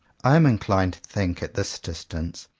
i am inclined to think, at this distance,